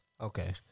Okay